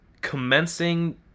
commencing